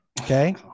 okay